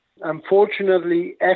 Unfortunately